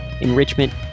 enrichment